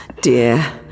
Dear